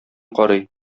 карый